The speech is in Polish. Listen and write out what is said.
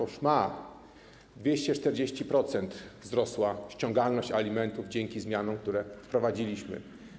Otóż ma - o 240% wzrosła ściągalność alimentów dzięki zmianom, które wprowadziliśmy.